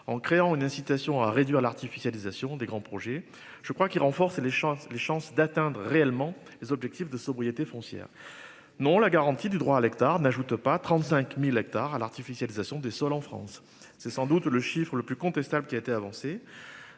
en créant une incitation à réduire l'artificialisation des grands projets. Je crois qu'il renforce les chances les chances d'atteindre réellement les objectifs de sobriété foncière non la garantie du droit à l'hectare n'ajoute pas 35.000 hectares à l'artificialisation des sols en France c'est sans doute le chiffre le plus contestable qui a été avancé